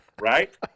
right